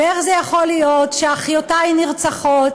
ואיך זה יכול להיות שאחיותי נרצחות